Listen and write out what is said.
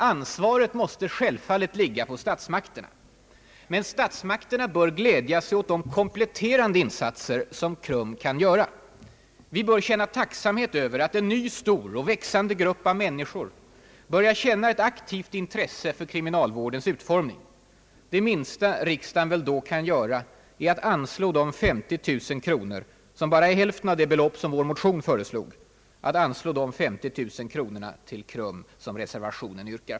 Ansvaret måste självfallet ligga på statsmakterna. Men statsmakterna bör glädja sig åt de kompletterande insatser som KRUM kan göra. Vi bör känna tacksamhet över att en ny stor och växande grupp av människor börjar få ett aktivt intresse för kriminalvårdens utformning. Det minsta riksdagen då kan göra är att anslå de 50 000 kronor — det är bara hälften av det belopp som föreslogs i vår motion — till KRUM som yrkas i reservationen.